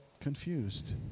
confused